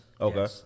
Okay